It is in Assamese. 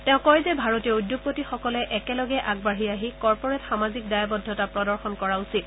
তেওঁ কয় যে ভাৰতীয় উদ্যোগপতিসকলে একেলগে আগবাঢ়ি আহি কৰ্পৰেট সামাজিক দায়বদ্ধতা প্ৰদৰ্শন কৰা উচিত